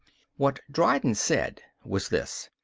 what dryden said was this,